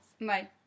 Bye